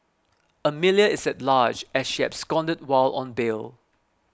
Amelia is at large as she absconded while on bail